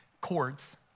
chords